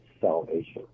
salvation